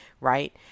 right